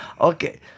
Okay